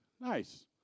Nice